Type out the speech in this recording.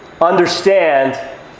understand